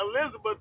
Elizabeth